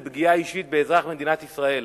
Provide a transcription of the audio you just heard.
זו פגיעה אישית באזרח מדינת ישראל.